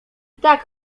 tak